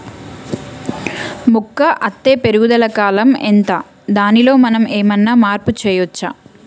మొక్క అత్తే పెరుగుదల కాలం ఎంత దానిలో మనం ఏమన్నా మార్పు చేయచ్చా?